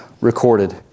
recorded